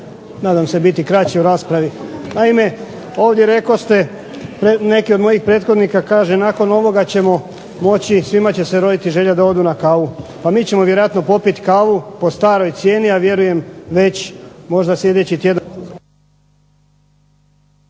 nadam se biti kraći u raspravi. Naime, ovdje rekoste neki od mojih prethodnika kaže nakon ovoga ćemo moći i svima će se roditi želja da odu na kavu. Pa mi ćemo vjerojatno popit kavu po staroj cijeni, a vjerujem već možda sljedeći tjedan